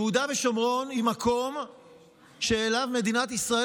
יהודה ושומרון הם מקום שאליו מדינת ישראל